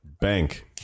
Bank